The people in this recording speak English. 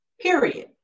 period